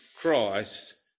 Christ